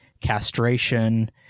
castration